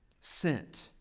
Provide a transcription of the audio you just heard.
sent